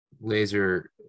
laser